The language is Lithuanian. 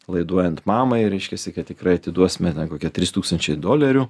laiduojant mamai reiškiasi kad tikrai atiduosime kokie trys tūkstančiai dolerių